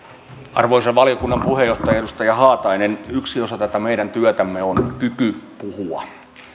arvoisa valiokunnan puheenjohtaja edustaja haatainen yksi osa tätä meidän työtämme on kyky puhua